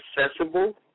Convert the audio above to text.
accessible